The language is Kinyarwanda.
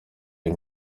iyi